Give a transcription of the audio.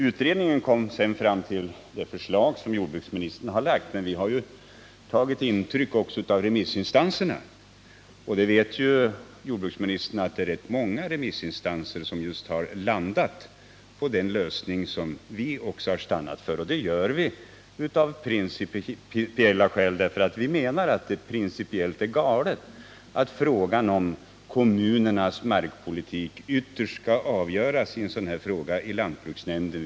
Utredningen kom sedan fram till det förslag som jordbruksministern har lagt fram. Men vi reservanter har tagit intryck också av remissinstanserna. Jordbruksministern vet ju att det är rätt många remissinstanser som har landat just på den lösning som vi har stannat för. Vi har stannat för den lösningen av principiella skäl, för vi menar att det principiellt är galet att kommunernas markpolitik i sådana här frågor ytterst skall avgöras i lantbruksnämnden.